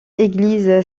église